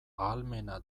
ahalmena